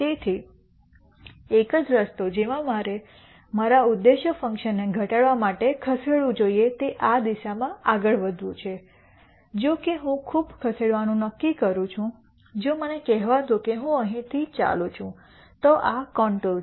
તેથી એક જ રસ્તો જેમાં મારે મારા ઉદ્દેશ્ય ફંકશનને ઘટાડવા માટે ખસેડવું જોઈએ તે આ દિશામાં આગળ વધવું છે જો કે હું ખૂબ ખસેડવાનું નક્કી કરું છું જો મને કહેવા દો કે હું અહીં ચાલું છું તો આ કોન્ટૂર છે